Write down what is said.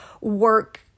work